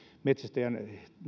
metsästäjän